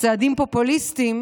בצעדים פופוליסטיים,